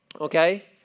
okay